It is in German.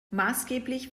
maßgeblich